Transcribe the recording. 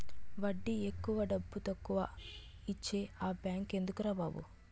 వడ్డీ ఎక్కువ డబ్బుతక్కువా ఇచ్చే ఆ బేంకెందుకురా బాబు